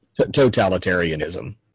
totalitarianism